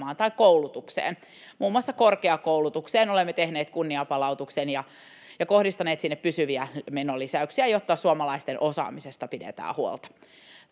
tai koulutukseen. Muun muassa korkeakoulutukseen olemme tehneet kunnianpalautuksen ja kohdistaneet sinne pysyviä menolisäyksiä, jotta suomalaisten osaamisesta pidetään huolta.